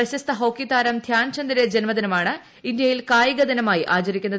പ്രശസ്ത ഹോക്കി താരം ധ്യാൻചന്ദിന്റെ ജന്മദിനമാണ് ഇന്ത്യയിൽ കായികദിനമായി ആചരിക്കുന്നത്